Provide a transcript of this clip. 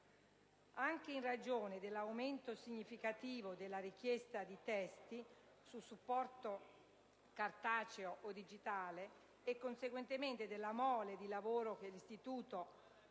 Anche in ragione dell'aumento significativo della richiesta di testi su supporto cartaceo o digitale e in conseguenza della mole di lavoro che l'istituto si